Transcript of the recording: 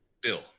Bill